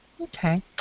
Okay